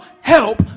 help